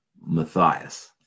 Matthias